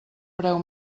preu